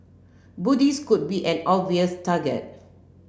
Buddhist could be an obvious target